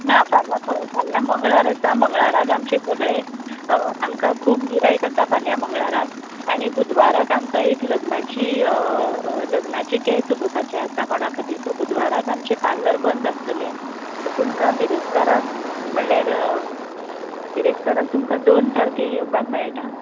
ना फाल्यां पळय फाल्यां मंगळार आसा मंगळाराक आमचे सगळे आमकां खूब गिरायक आसा फाल्या मंगळाराक आनी बुधवाराक आमकां एक लग्नाची लग्नाचे केंस उगोवपाचे आसा कोणाक खातीर सो बुधवाराक आमचें पार्लर बंद आसतलें सो तुमका बिरेस्ताराक म्हणल्यार बिरेस्ताराक तुमकां दोन तारकेक येवपाक मेळटा